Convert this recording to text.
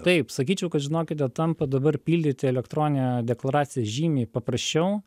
taip sakyčiau kad žinokite tampa dabar pildyti elektroninę deklaraciją žymiai paprasčiau